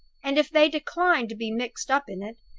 and if they decline to be mixed up in it,